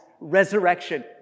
Resurrection